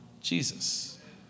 Jesus